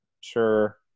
sure